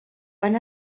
van